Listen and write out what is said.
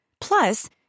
Plus